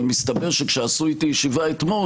-- אבל מסתבר שכאשר עשו איתי ישיבה אתמול,